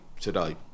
today